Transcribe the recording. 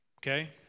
Okay